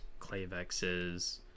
Clavexes